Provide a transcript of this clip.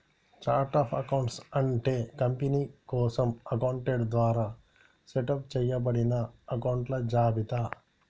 chart of accounts అంటే company కోసం accountant ద్వారా సెటప్ చేయబడిన అకొంట్ల జాబితా